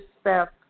step